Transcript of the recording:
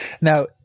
Now